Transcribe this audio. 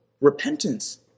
repentance